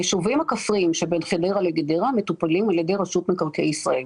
היישובים הכפריים שבין חדרה לגדרה מטופלים על ידי רשות מקרקעי ישראל.